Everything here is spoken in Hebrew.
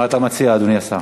מה אתה מציע, אדוני השר?